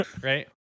Right